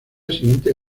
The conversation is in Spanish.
siguiente